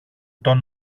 τον